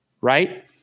right